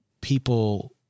people